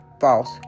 false